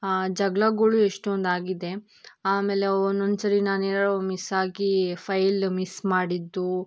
ಜಗ್ಳಗಳು ಎಷ್ಟೊಂದು ಆಗಿದೆ ಆಮೇಲೆ ಒಂದೊಂದು ಸರಿ ನಾನು ಏನಾದ್ರು ಮಿಸ್ಸಾಗಿ ಫೈಲ್ ಮಿಸ್ ಮಾಡಿದ್ದು